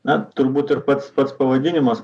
na turbūt ir pats pats pavadinimas